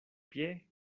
pie